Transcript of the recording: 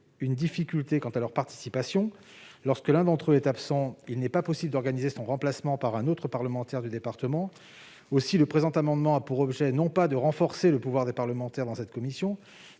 une difficulté quant à leur participation. Lorsque l'un d'entre eux est absent, il n'est pas possible d'organiser son remplacement par un autre parlementaire du département. Aussi, le présent amendement a pour objet, non pas de renforcer le pouvoir des parlementaires dans cette commission,